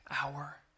hour